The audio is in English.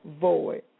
void